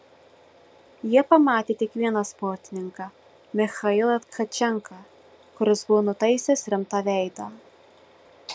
jie pamatė tik vieną sportininką michailą tkačenką kuris buvo nutaisęs rimtą veidą